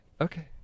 Okay